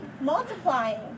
multiplying